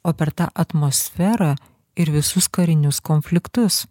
o per tą atmosferą ir visus karinius konfliktus